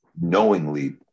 knowingly